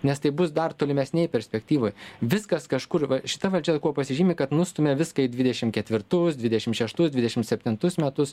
nes tai bus dar tolimesnėj perspektyvoj viskas kažkur va šita valdžia kuo pasižymi kad nustumia viską į dvidešim ketvirtus dvidešim šeštus dvidešim septintus metus